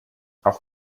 auch